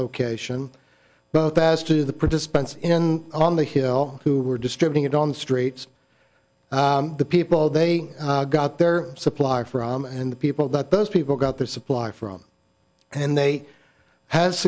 location both as to the participants in on the hill who were distributing it on the streets the people they got their supply from and the people that those people got their supply from and they had